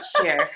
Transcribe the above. share